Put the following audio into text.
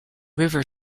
river